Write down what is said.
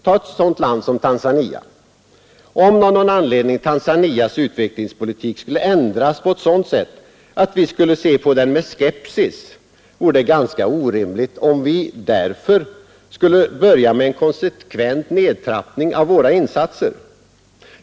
Tag ett sådant land som Tanzania. Om av någon anledning Tanzanias utvecklingspolitik skulle ändras på ett sådant sätt att vi skulle se på den med skepsis, vore det ganska orimligt om vi därför skulle börja med en konsekvent nedtrappning av våra insatser.